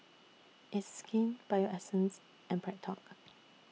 It's Skin Bio Essence and BreadTalk